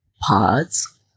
Pods